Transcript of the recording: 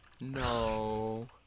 No